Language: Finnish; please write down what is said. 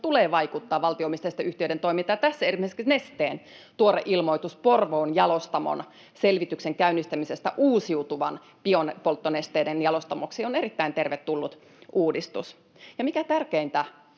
tulee vaikuttaa valtio-omisteisten yhtiöiden toimintaan, ja tässä esimerkiksi Nesteen tuore ilmoitus selvityksen käynnistämisestä Porvoon jalostamon muuttamisesta uusiutuvien biopolttonesteiden jalostamoksi on erittäin tervetullut uudistus. Ja mikä tärkeintä,